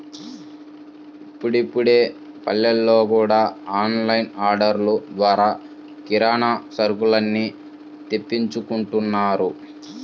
ఇప్పుడిప్పుడే పల్లెల్లో గూడా ఆన్ లైన్ ఆర్డర్లు ద్వారా కిరానా సరుకుల్ని తెప్పించుకుంటున్నారు